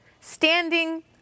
standing